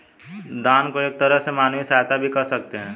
दान को एक तरह से मानवीय सहायता भी कह सकते हैं